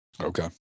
Okay